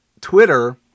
Twitter